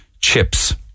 chips